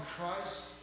Christ